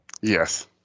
Yes